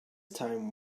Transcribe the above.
time